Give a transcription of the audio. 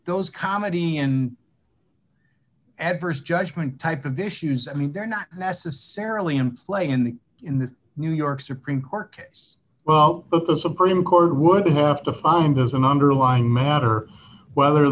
those comedy and adverse judgment type of issues i mean they're not necessarily in play in the in the new york supreme court case well but the supreme court would have to find there's an underlying matter whether